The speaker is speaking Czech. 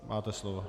Máte slovo.